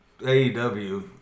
AEW